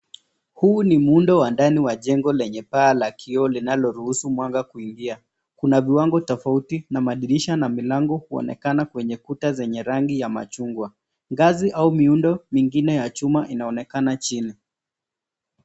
Huu ni muundo wa ndani wa jengo lenye paa la kioo linaloruhusu mwanga kuingia. Kuna viwango tofauti na madirisha na milango kuonekana kwenye kuta zenye rangi ya machungwa, ngazi au miundo mingine ya chuma inaonekana chini.